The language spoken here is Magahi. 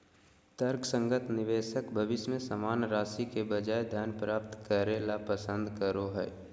तर्कसंगत निवेशक भविष्य में समान राशि के बजाय धन प्राप्त करे ल पसंद करो हइ